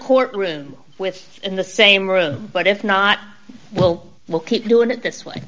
court room with in the same room but if not well we'll keep doing it this way